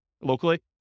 locally